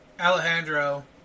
Alejandro